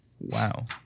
Wow